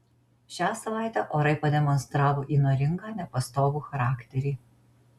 šią savaitę orai pademonstravo įnoringą nepastovų charakterį